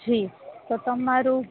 જી તો તમારું